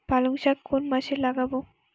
পালংশাক কোন মাসে লাগাব?